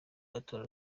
matora